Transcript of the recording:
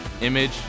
image